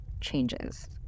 changes